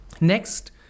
Next